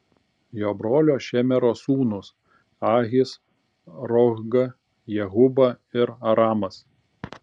jo brolio šemero sūnūs ahis rohga jehuba ir aramas